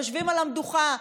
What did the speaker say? יושבים על המדוכה,